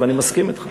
ואני מסכים אתך.